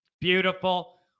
beautiful